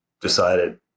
decided